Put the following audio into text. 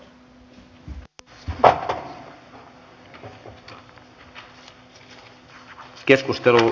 kiitoksia keskustelusta